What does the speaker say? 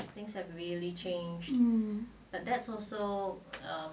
hmm